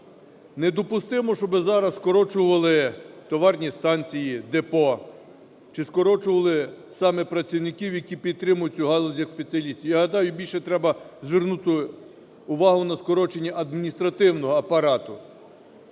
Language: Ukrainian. Недопустимо, щоби зараз скорочували товарні станції, депо чи скорочували саме працівників, які підтримують цю галузь як спеціалісти. Я гадаю, більше треба звернути увагу на скорочення адміністративного апарату,